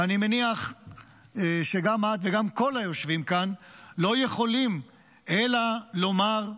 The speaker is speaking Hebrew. ואני מניח שגם את וגם כל היושבים כאן לא יכולים אלא לומר,